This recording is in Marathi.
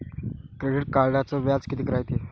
क्रेडिट कार्डचं व्याज कितीक रायते?